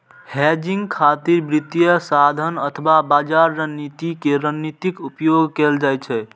hedging खातिर वित्तीय साधन अथवा बाजार रणनीति के रणनीतिक उपयोग कैल जाइ छै